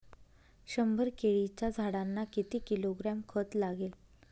शंभर केळीच्या झाडांना किती किलोग्रॅम खत लागेल?